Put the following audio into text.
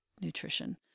nutrition